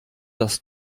das